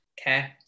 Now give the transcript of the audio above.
Okay